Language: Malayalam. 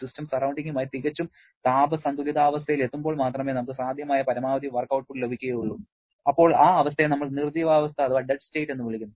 സിസ്റ്റം സറൌണ്ടിങ്ങുമായി തികച്ചും താപ സന്തുലിതാവസ്ഥയിൽ എത്തുമ്പോൾ മാത്രമേ നമുക്ക് സാധ്യമായ പരമാവധി വർക്ക് ഔട്ട്പുട്ട് ലഭിക്കുകയുള്ളൂ അപ്പോൾ ആ അവസ്ഥയെ നമ്മൾ നിർജ്ജീവാവസ്ഥ എന്ന് വിളിക്കുന്നു